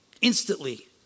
instantly